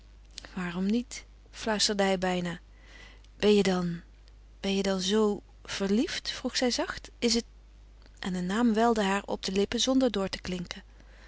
waarom niet fluisterde hij bijna ben je dan ben je dan zoo verliefd vroeg zij zacht is het en een naam welde haar op de lippen zonder door te klinken